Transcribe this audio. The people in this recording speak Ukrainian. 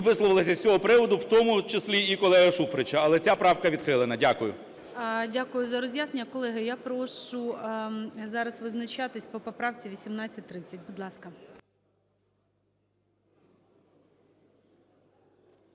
висловилися з цього приводу, в тому числі і колеги Шуфрича, але ця правка відхилена. Дякую. ГОЛОВУЮЧИЙ. Дякую за роз'яснення. Колеги, я прошу зараз визначатися по поправці 1830. Будь ласка.